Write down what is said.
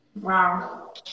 Wow